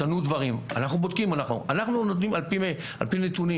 אנחנו בודקים על פי נתונים,